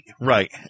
right